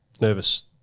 nervous